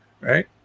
Right